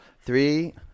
three